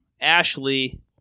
Ashley